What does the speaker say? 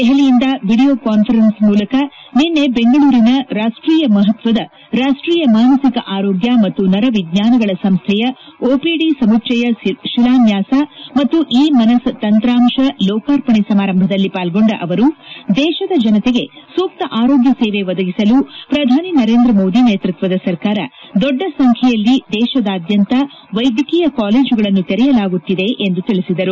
ದೆಹಲಿಯಿಂದ audio conference ಮೂಲಕ ನಿನ್ನೆ ಬೆಂಗಳೂರಿನ ರಾಷ್ಟೀಯ ಮಹತ್ವದ ರಾಷ್ಟೀಯ ಮಾನಸಿಕ ಆರೋಗ್ಯ ಮತ್ತು ನರ ವಿಜ್ಞಾನಗಳ ಸಂಸ್ಥೆಯ ಓಪಿಡಿ ಸಮುಚ್ಛಯ ಶಿಲಾನ್ಥಾಸ ಮತ್ತು ಇ ಮನಸ್ ತಂತ್ರಾಂಶ ಲೋಕಾರ್ಪಣೆ ಸಮಾರಂಭದಲ್ಲಿ ಪಾಲ್ಗೊಂಡ ಅವರು ದೇಶದ ಜನತೆಗೆ ಸೂಕ್ತ ಆರೋಗ್ಯ ಸೇವೆ ಒದಗಿಸಲು ಪ್ರಧಾನಿ ನರೇಂದ್ರ ಮೋದಿ ನೇತೃತ್ವದ ಸರ್ಕಾರ ದೊಡ್ಡ ಸಂಬೈಯಲ್ಲಿ ದೇಶದಾದ್ಯಂತ ವೈದ್ಯಕೀಯ ಕಾಲೇಜುಗಳನ್ನು ತೆರೆಯಲಾಗುತ್ತಿದೆ ಎಂದು ತಿಳಿಸಿದರು